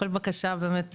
תודה.